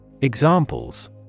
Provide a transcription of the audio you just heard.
Examples